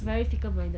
very fickle minded